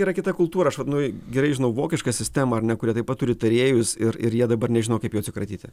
yra kita kultūra aš vat nu gerai žinau vokišką sistemą ar ne kurią taip pat turi tarėjus ir ir jie dabar nežino kaip jų atsikratyti